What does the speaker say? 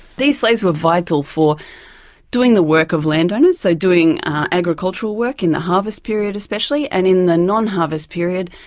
these slaves were vital for doing the work of landowners. they're so doing agriculture work in the harvest period especially, and in the non-harvest period,